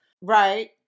right